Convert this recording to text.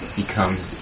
becomes